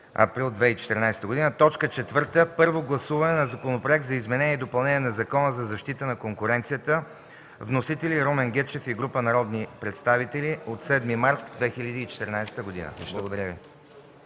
април 2014 г. 4. Първо гласуване на Законопроекта за изменение и допълнение на Закона за защита на конкуренцията. Вносители – Румен Гечев и група народни представители, от 7 март 2014 г. Благодаря.